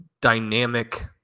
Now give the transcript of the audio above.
dynamic